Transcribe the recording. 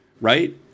right